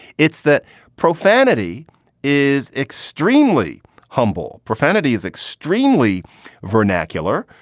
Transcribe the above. it's that profanity is extremely humble. profanity is extremely vernacular.